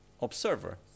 observer